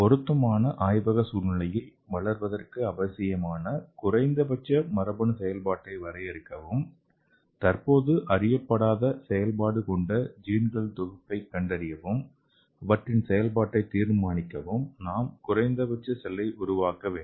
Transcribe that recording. பொருத்தமான ஆய்வக சூழ்நிலையில் வாழ்வதற்கு அவசியமான குறைந்தபட்ச மரபணு செயல்பாட்டை வரையறுக்கவும் தற்போது அறியப்படாத செயல்பாடு கொண்ட ஜீன்களின் தொகுப்பை கண்டறியவும் அவற்றின் செயல்பாட்டை தீர்மானிக்கவும் நாம் குறைந்தபட்ச செல்லை உருவாக்க வேண்டும்